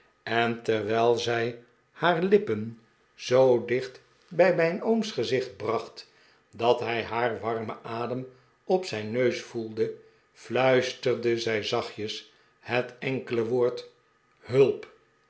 en terwijl zij haar lippen zoo dicht bij mijn ooms gezicht bracht dat hij haar warmen adem op zijn neus voelde fluisterde zij zachtjes het enkele woord hulp